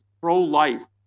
pro-life